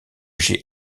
j’ai